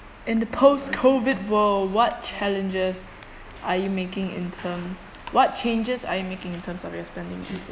in the post COVID world what challenges are you making in terms what changes are you making in terms of your spending